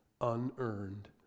unearned